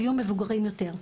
אבל יהיו מבוגרים יותר.